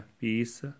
peace